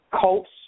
Colts